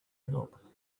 help